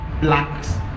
blacks